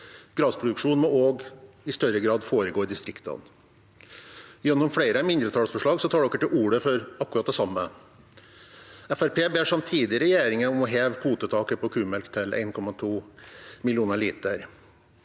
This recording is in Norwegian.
Gressproduksjonen må også i større grad foregå i distriktene. Gjennom flere mindretallsforslag tar de til orde for akkurat det samme. Fremskrittspartiet ber samtidig regjeringen om å heve kvotetaket på kumelk til 1,2 millioner liter.